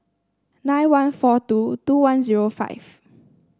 nine one four two two one zero five